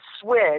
Switch